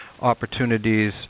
opportunities